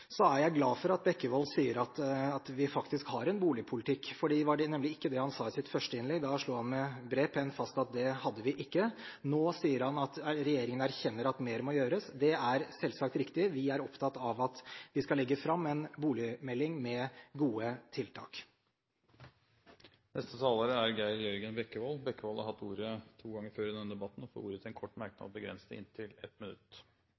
Så er jeg glad for at Bekkevold sier at vi faktisk har en boligpolitikk, for det var ikke det han sa i sitt første innlegg, for da slo han med bred penn fast at det hadde vi ikke. Nå sier han at regjeringen erkjenner at mer må gjøres. Det er selvsagt riktig. Vi er opptatt av at vi skal legge fram en boligmelding med gode tiltak. Representanten Geir Jørgen Bekkevold har hatt ordet to ganger tidligere i debatten og får ordet til en kort merknad, begrenset til 1 minutt.